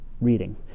reading